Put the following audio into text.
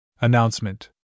Announcement